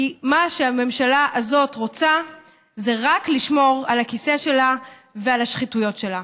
כי מה שהממשלה הזאת רוצה זה רק לשמור על הכיסא שלה ועל השחיתויות שלה.